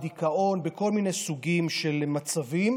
בדיכאון ובכל מיני סוגים של מצבים.